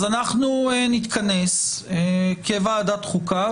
אז אנחנו נתכנס כוועדת החוקה,